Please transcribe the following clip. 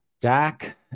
Dak